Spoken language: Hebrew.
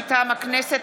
מטעם הכנסת,